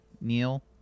Neil